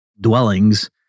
dwellings